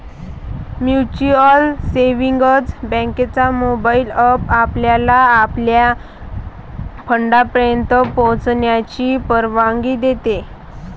mutual savings बँकेचा mobile app आपल्याला आपल्या फंडापर्यंत पोहोचण्याची परवानगी देतो